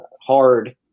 hard